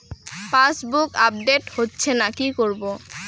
Passbook update হচ্ছেনা কি করবো?